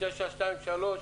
923,